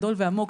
גדול ועמוק,